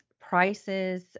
prices